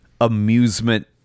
amusement